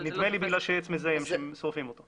נדמה לי, בגלל שעץ מזהם כשורפים אותו.